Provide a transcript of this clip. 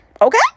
Okay